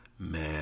Man